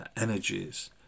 energies